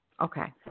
Okay